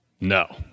no